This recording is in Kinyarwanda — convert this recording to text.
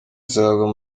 zihabwa